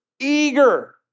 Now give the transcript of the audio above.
eager